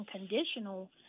unconditional